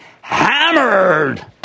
hammered